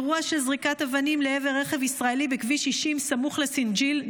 אירוע של זריקת אבנים לעבר רכב ישראלי בכביש 60 סמוך לסינג'יל,